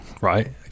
right